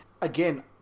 again